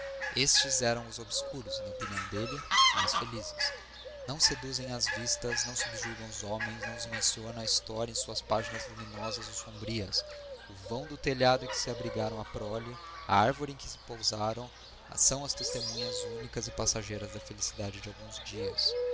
estes eram os obscuros e na opinião dele os mais felizes não seduzem as vistas não subjugam os homens não os menciona a história em suas páginas luminosas ou sombrias o vão do telhado em que abrigaram a prole a árvore em que pousaram são as testemunhas únicas e passageiras da felicidade de alguns dias